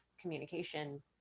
communication